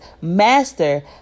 master